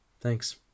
Thanks